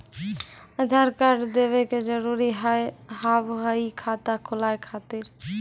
आधार कार्ड देवे के जरूरी हाव हई खाता खुलाए खातिर?